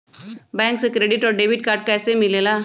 Bank से credit और debit card कैसी मिलेला?